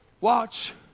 watch